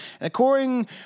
According